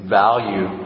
value